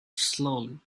slowly